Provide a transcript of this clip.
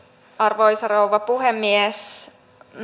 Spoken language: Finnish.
arvoisa rouva puhemies